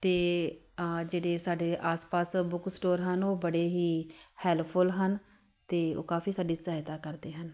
ਅਤੇ ਆ ਜਿਹੜੇ ਸਾਡੇ ਆਸ ਪਾਸ ਬੁੱਕ ਸਟੋਰ ਹਨ ਉਹ ਬੜੇ ਹੀ ਹੈਲਪਫੁੱਲ ਹਨ ਅਤੇ ਉਹ ਕਾਫੀ ਸਾਡੀ ਸਹਾਇਤਾ ਕਰਦੇ ਹਨ